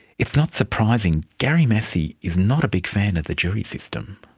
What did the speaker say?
it's not surprising gary massey is not a big fan of the jury system.